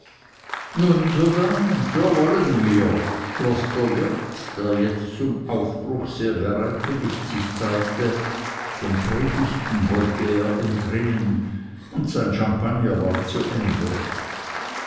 so wollen wir schloß der wirt der jetzt zum aufbruch sehr bereitwillig sich zeigte den predigten wollte er entrinnen und sein champagner war zu ende